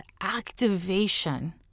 activation